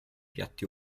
piatti